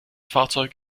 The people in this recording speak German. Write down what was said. fahrzeug